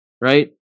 right